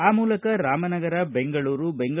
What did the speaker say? ಆ ಮೂಲಕ ರಾಮನಗರ ಬೆಂಗಳೂರು ಬೆಂ